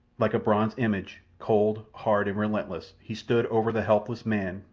like a bronze image cold, hard, and relentless he stood over the helpless man,